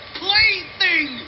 plaything